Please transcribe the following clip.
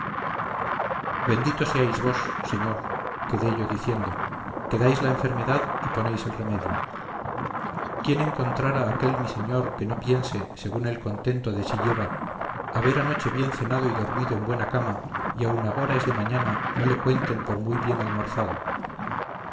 bendito seáis vos señor quedé yo diciendo que dais la enfermedad y ponéis el remedio quién encontrara a aquel mi señor que no piense según el contento de sí lleva haber anoche bien cenado y dormido en buena cama y aun agora es de mañana no le cuenten por muy bien almorzado